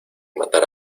matar